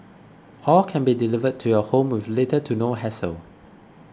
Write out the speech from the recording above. all can be delivered to your home with little to no hassle